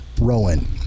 Rowan